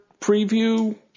preview